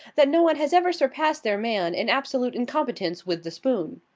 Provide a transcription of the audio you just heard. that no one has ever surpassed their man in absolute incompetence with the spoon.